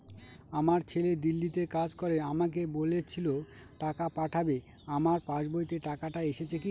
আমার ছেলে দিল্লীতে কাজ করে আমাকে বলেছিল টাকা পাঠাবে আমার পাসবইতে টাকাটা এসেছে কি?